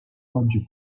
oggi